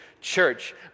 church